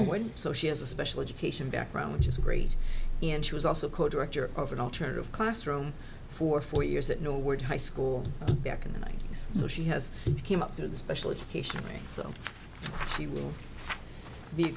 norwood so she has a special education background which is great and she was also co director of an alternative classroom for four years that norwood high school back in the ninety's so she has came up through the special education range so she will be a